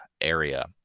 area